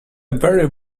very